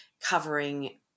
covering